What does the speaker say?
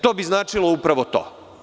To bi značilo upravo to.